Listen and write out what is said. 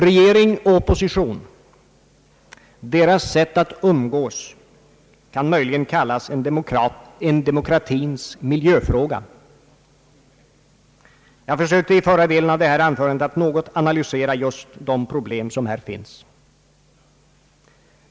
Regeringens och oppositionens sätt att umgås kan möjligen kallas en demokratins miljöfråga. Jag försökte i förra delen av detta anförande något analysera just de problem som här finns.